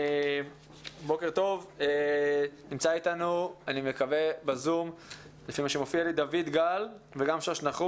בוקר טוב, נמצא איתנו בזום דויד גל וגם שוש נחום.